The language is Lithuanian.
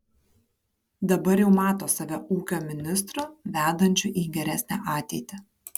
dabar jau mato save ūkio ministru vedančiu į geresnę ateitį